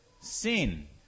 Sin